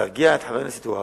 להרגיע את חבר הכנסת והבה,